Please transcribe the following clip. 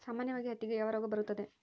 ಸಾಮಾನ್ಯವಾಗಿ ಹತ್ತಿಗೆ ಯಾವ ರೋಗ ಬರುತ್ತದೆ?